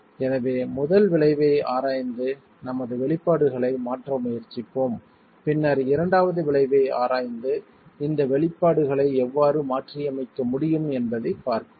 எனவே முதல் விளைவை ஆராய்ந்து நமது வெளிப்பாடுகளை மாற்ற முயற்சிப்போம் பின்னர் இரண்டாவது விளைவை ஆராய்ந்து இந்த வெளிப்பாடுகளை எவ்வாறு மாற்றியமைக்க முடியும் என்பதைப் பார்ப்போம்